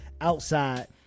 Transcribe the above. outside